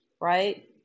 Right